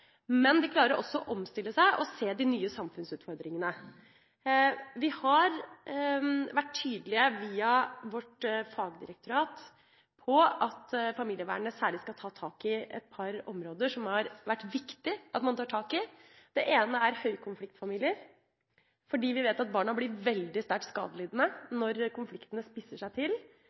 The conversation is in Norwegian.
men de klarer også å omstille seg og se de nye samfunnsutfordringene. Vi har vært tydelige via vårt fagdirektorat på at familievernet særlig skal ta tak i et par områder som har vært viktig at man tar tak i. Det ene er høykonfliktfamilier, for vi vet at barna blir veldig sterkt skadelidende når konfliktene spisser seg til.